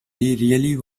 really